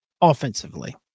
offensively